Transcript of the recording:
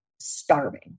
starving